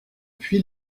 puis